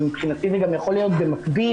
ומבחינתי זה גם יכול להיות במקביל,